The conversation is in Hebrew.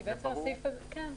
הוראה.